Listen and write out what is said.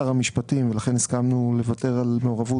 האוצר הנוהל הוא באישור של שר המשפטים בלבד,